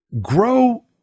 GROW